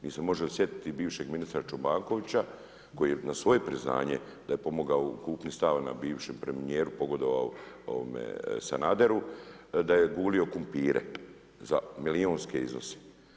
Mi se možemo sjetiti bivšeg ministra Čobankovića koji je na svoje priznanje da je pomogao u kupnji stana bivšem premijeru, pogodovao Sanaderu, da je gulio krumpire za milijunske iznose.